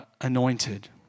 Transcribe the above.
anointed